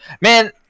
Man